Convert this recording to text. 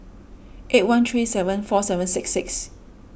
eight one three seven four seven six six